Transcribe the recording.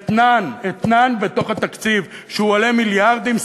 אתנן, אתנן בתוך התקציב, שעולה מיליארדים.